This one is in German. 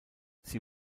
sie